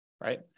right